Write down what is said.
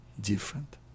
different